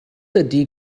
ydy